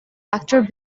actor